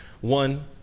one